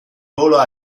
volo